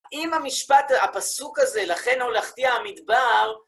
אם המשפט, הפסוק הזה, לכן הולכתיה המדבר,